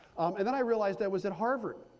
and then i realized i was at harvard.